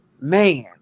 man